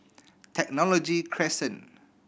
Technology Crescent